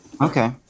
Okay